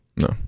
No